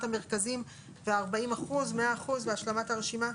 המרכזים וה-40% ו-100% והשלמת הרשימה?